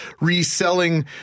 reselling